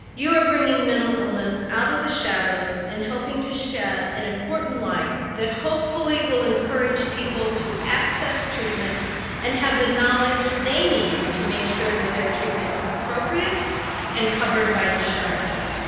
you are bringing mental illness out of the shadows and helping to shed an important light that hopefully will encourage people to access treatment and have the knowledge they need to make sure that their treatment is appropriate and covered by insurance.